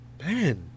man